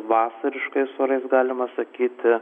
vasariškais orais galima sakyti